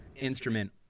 instrument